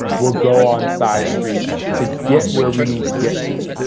we'll go on side streets, to get where we need to get to.